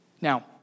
Now